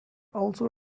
also